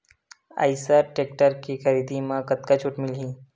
Eicher tractor के खरीदी म कतका छूट मिलही?